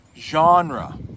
genre